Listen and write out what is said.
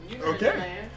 Okay